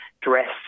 dress